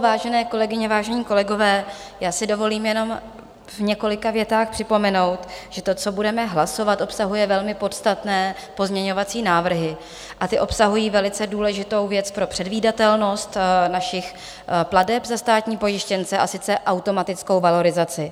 Vážené kolegyně, vážení kolegové, já si dovolím jenom v několika větách připomenout, že to, co budeme hlasovat, obsahuje velmi podstatné pozměňovací návrhy, a ty obsahují velice důležitou věc pro předvídatelnost našich plateb za státní pojištěnce, a to automatickou valorizaci.